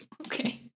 okay